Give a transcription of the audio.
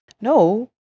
no